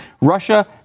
Russia